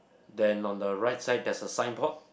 then on the right side there's a signboard